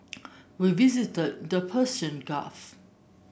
we visited the Persian Gulf